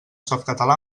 softcatalà